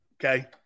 Okay